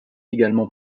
également